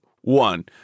one